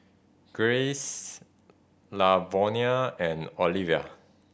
Grayce Lavonia and Olivia